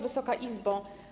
Wysoka Izbo!